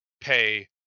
pay